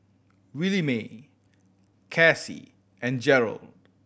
Williemae Casie and Jerold